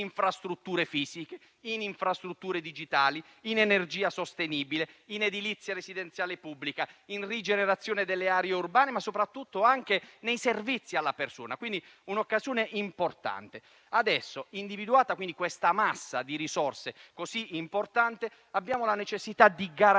infrastrutture fisiche, in infrastrutture digitali, in energia sostenibile, in edilizia residenziale pubblica, in rigenerazione delle aree urbane, ma soprattutto nei servizi alla persona. È quindi un'occasione importante. Individuata questa massa di risorse così importante, abbiamo la necessità di garantire